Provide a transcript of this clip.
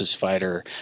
fighter